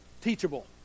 teachable